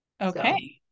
Okay